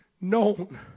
known